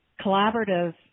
collaborative